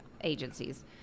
agencies